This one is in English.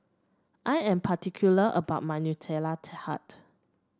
I am particular about my Nutella Tart